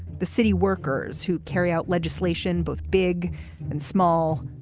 the city workers who carry out legislation both big and small.